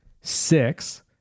six